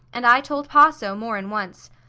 and i told pa so more'n once.